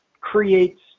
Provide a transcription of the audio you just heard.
creates